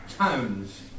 towns